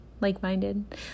like-minded